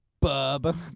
bub